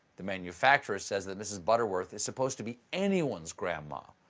the manufacturer says that mrs. butterworth is supposed to be anyone's grandma.